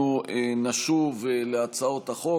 אנחנו נשוב להצעות החוק.